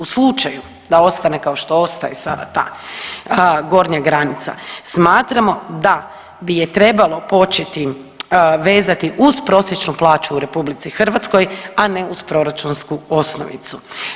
U slučaju da ostane kao što ostaje sada ta gornja granica smatramo da bi je trebalo početi vezati uz prosječnu plaću u RH, a ne uz proračunsku osnovicu.